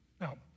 Now